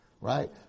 right